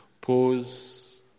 Pause